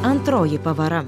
antroji pavara